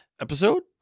episode